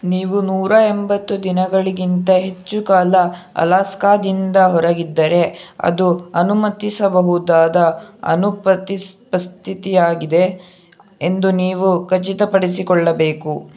ನೀವು ನೂರ ಎಂಬತ್ತು ದಿನಗಳಿಗಿಂತ ಹೆಚ್ಚು ಕಾಲ ಅಲಾಸ್ಕಾದಿಂದ ಹೊರಗಿದ್ದರೆ ಅದು ಅನುಮತಿಸಬಹುದಾದ ಅನುಪತಿಸ್ ಪಸ್ಥಿತಿಯಾಗಿದೆ ಎಂದು ನೀವು ಖಚಿತಪಡಿಸಿಕೊಳ್ಳಬೇಕು